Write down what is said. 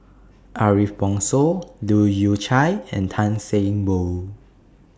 Ariff Bongso Leu Yew Chye and Tan Seng Poh